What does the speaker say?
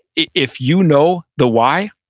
if you know the why,